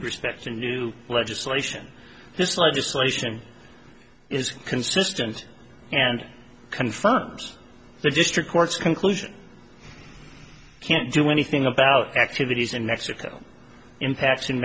respect to new legislation this legislation is consistent and confirms the district court's conclusion can't do anything about activities in mexico impacts in